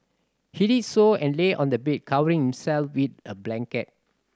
he did so and lay on the bed covering himself with a blanket